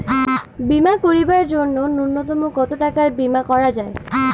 বীমা করিবার জন্য নূন্যতম কতো টাকার বীমা করা যায়?